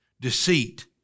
Deceit